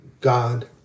God